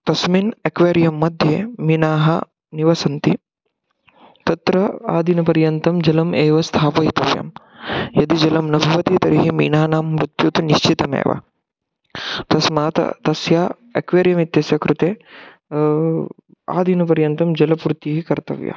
तस्मिन् एक्वेरियंमध्ये मीनाः निवसन्ति तत्र आदिनपर्यन्तं जलम् एव स्थापयितव्यं यदि जलं न भवति तर्हि मीनानां मृत्यु तु निश्चितमेव तस्मात् तस्य एक्वेरियम् इत्यस्य कृते आदिनपर्यन्तं जलपूर्तिः कर्तव्या